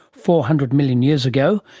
four hundred million years ago,